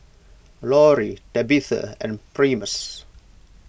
Lori Tabitha and Primus